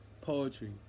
poetry